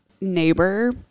neighbor